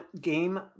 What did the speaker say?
game